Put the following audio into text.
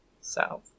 south